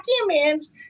documents